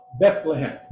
Bethlehem